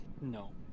No